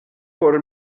por